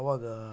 ಆವಾಗ